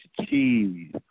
cheese